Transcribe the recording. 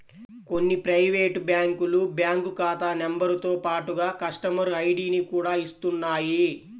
కొన్ని ప్రైవేటు బ్యాంకులు బ్యాంకు ఖాతా నెంబరుతో పాటుగా కస్టమర్ ఐడిని కూడా ఇస్తున్నాయి